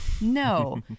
no